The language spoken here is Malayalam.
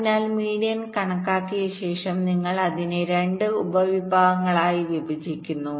അതിനാൽ മീഡിയൻ കണക്കാക്കിയ ശേഷം നിങ്ങൾ അതിനെ 2 ഉപവിഭാഗങ്ങളായി വിഭജിക്കുന്നു